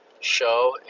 show